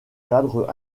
cadre